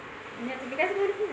सरकारी फी कशासाठी भरायची